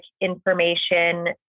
information